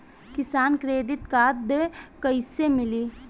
किसान credit card कइसे मिली?